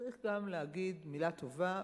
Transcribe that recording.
צריכים גם להגיד מלה טובה,